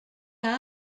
lys